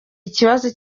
ikibazo